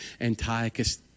Antiochus